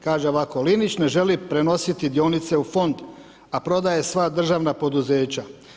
Kaže ovako, Linić ne želi prenositi dionice u Fond, a prodaje sva državna poduzeća.